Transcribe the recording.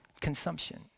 consumption